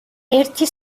ერთი